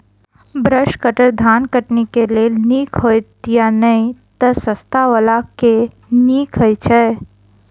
Brush cutter धान कटनी केँ लेल नीक हएत या नै तऽ सस्ता वला केँ नीक हय छै?